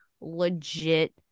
legit